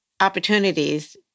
opportunities